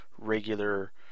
regular